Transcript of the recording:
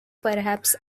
perhaps